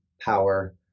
power